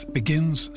begins